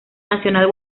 nacional